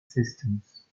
systems